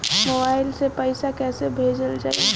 Mobile से पैसा कैसे भेजल जाइ?